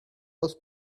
aus